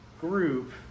group